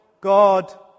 God